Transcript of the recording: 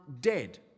dead